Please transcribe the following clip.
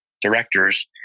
directors